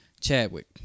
Chadwick